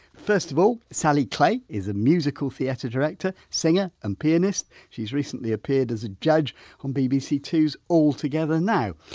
first of all, sally clay is a musical theatre director, singer and pianist, she's recently appeared as a judge on bbc two s altogether now.